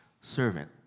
servant